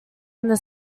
and